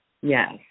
yes